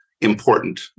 important